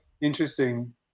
interesting